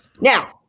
Now